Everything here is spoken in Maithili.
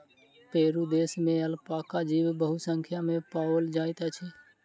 पेरू देश में अलपाका जीव बहुसंख्या में पाओल जाइत अछि